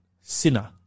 sinner